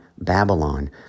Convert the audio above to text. Babylon